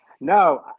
No